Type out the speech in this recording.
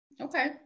okay